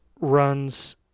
runs